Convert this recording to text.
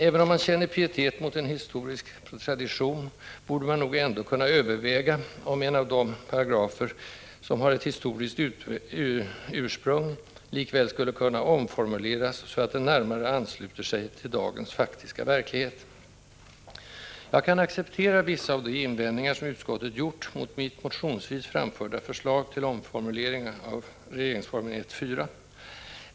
Även om man känner pietet mot en historisk tradition, borde man nog kunna överväga om en av de paragrafer som har ett historiskt ursprung likväl skulle kunna omformuleras så att den närmare ansluter sig till dagens faktiska verklighet. Jag kan acceptera vissa av de invändningar som utskottet gjort mot mitt motionsvis framförda förslag till omformuleringar av RF 1:4.